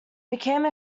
became